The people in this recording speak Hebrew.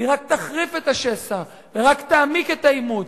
והיא רק תחריף את השסע ורק תעמיק את העימות.